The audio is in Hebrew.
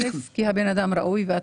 סיבה ראשונה, כי אתה אדם ראוי.